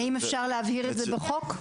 האם אפשר להבהיר את זה בחוק?